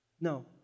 No